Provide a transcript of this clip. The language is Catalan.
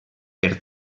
per